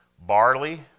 barley